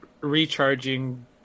recharging